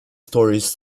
storeys